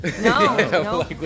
No